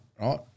right